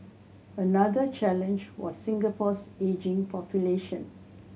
another challenge was Singapore's ageing population